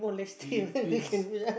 Philippines